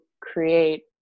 create